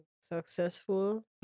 successful